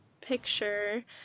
picture